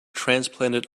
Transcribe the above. transplanted